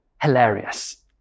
hilarious